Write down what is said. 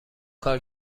کار